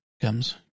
comes